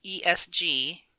ESG